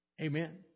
Amen